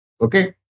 Okay